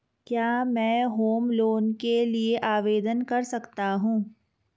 क्या मैं home loan के लिए आवेदन कर सकता हूं?